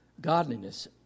Godliness